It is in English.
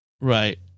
Right